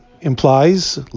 implies